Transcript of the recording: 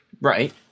Right